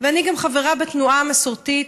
אני גם חברה בתנועה המסורתית,